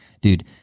dude